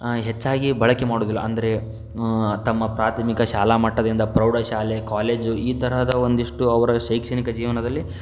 ಹೆಚ್ಚಾಗಿ ಬಳಕೆ ಮಾಡೋದಿಲ್ಲ ಅಂದರೆ ತಮ್ಮ ಪ್ರಾಥಮಿಕ ಶಾಲಾ ಮಟ್ಟದಿಂದ ಪ್ರೌಢಶಾಲೆ ಕಾಲೇಜು ಈ ತರಹದ ಒಂದಿಷ್ಟು ಅವರ ಶೈಕ್ಷಣಿಕ ಜೀವನದಲ್ಲಿ